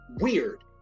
weird